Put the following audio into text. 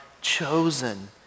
chosen